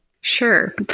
Sure